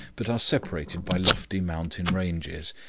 but are separated by lofty mountain ranges,